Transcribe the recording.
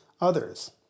others